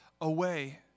away